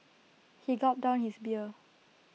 he gulped down his beer